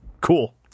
Cool